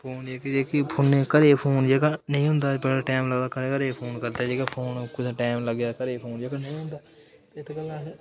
फोनै कि फोनै घरै गी फोन जेह्का नेईं होंदा बड़ा टैम लगदा घरै गी करदे फोन कुदै टैम लग्गै घरै गी नेईं होंदा इक्क दिन असें